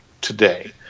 today